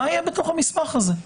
מה יהיה בתוך המסמך הזה?